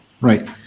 Right